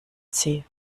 sie